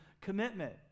commitment